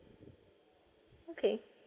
okay